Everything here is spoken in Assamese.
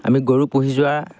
আমি গৰু পুহি যোৱা